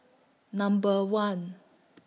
Number one